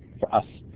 for us.